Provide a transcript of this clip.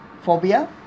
Phobia